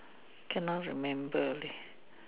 cannot remember leh